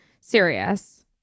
serious